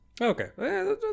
Okay